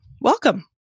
Welcome